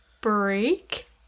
break